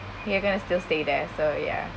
you're going to still stay there so ya